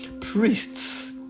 Priests